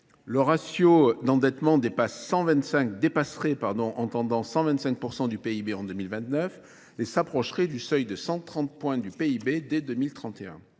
Le ratio d'endettement dépasse 125 % du PIB en 2029 et s'approcherait du seuil de 130 points du PIB dès 2031.